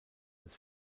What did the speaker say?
des